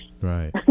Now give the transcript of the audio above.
right